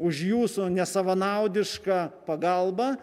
už jūsų nesavanaudišką pagalbą